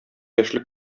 яшьлек